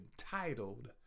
entitled